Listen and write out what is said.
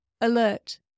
alert